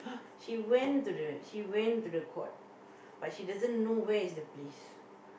she went to the she went to the court but she doesn't know where is the place